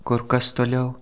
kur kas toliau